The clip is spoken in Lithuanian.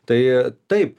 tai taip